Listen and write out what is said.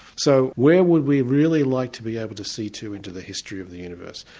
so, where would we really like to be able to see to into the history of the universe?